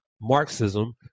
Marxism